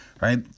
right